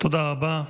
תודה רבה.